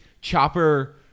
Chopper